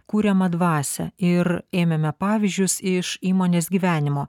kuriamą dvasią ir ėmėme pavyzdžius iš įmonės gyvenimo